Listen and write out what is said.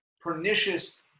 pernicious